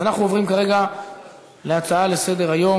אז אנחנו עוברים כרגע להצעות לסדר-היום